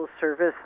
service